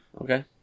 Okay